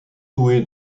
doué